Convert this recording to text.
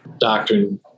doctrine